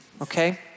okay